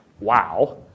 wow